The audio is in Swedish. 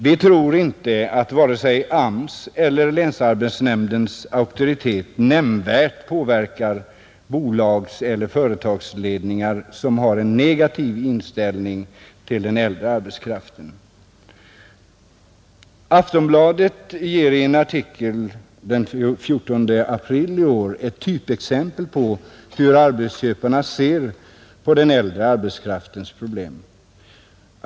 Vi tror inte att vare sig AMS eller länsarbetsnämndens auktoritet nämnvärt påverkar företagsledningar som har en negativ inställning till den äldre arbetskraften. Aftonbladet gav i en artikel den 14 april i år ett typexempel på hur arbetsköparna ser på den äldre arbetskraftens problem.